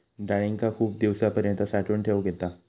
डाळींका खूप दिवसांपर्यंत साठवून ठेवक येता